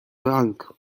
drank